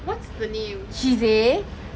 what's the name